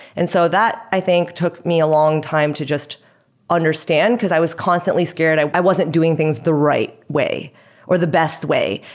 and so that i think too me a long-time to just understand, because i was constantly scared. i i wasn't doing things the right way or the best way.